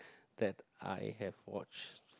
that I have watched